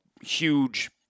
huge